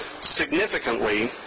significantly